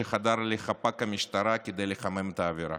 שחדר לחפ"ק המשטרה כדי לחמם את האווירה.